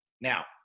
Now